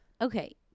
Okay